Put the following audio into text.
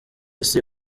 isi